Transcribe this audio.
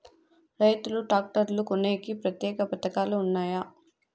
రైతులు ట్రాక్టర్లు కొనేకి ప్రత్యేక పథకాలు ఉన్నాయా?